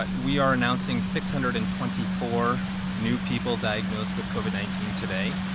but we're announcing six hundred and twenty four new people diagnosed with covid nineteen today.